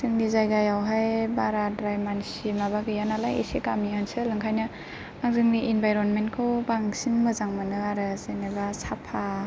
जोंनि जायगायाव हाय बाराद्राय मानसि माबा गैया नालाय एसे गामि ओनसोल ओंखायनो आं जोंनि इनभाइरमेन्तखौ बांसिन मोजां मोनो आरो जेनबा साफा